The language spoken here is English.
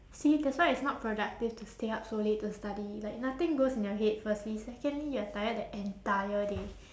see that's why it's not productive to stay up so late to study like nothing goes in your head firstly secondly you're tired the entire day